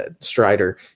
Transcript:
Strider